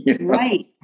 right